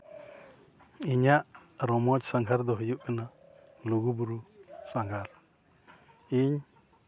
ᱤᱧᱟᱹᱜ ᱨᱚᱢᱚᱡᱽ ᱥᱟᱸᱜᱷᱟᱨ ᱫᱚ ᱦᱩᱭᱩᱜ ᱠᱟᱱᱟ ᱞᱩᱜᱩ ᱵᱩᱨᱩ ᱥᱟᱸᱜᱷᱟᱨ ᱤᱧ